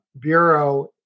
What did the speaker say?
bureau